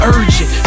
Urgent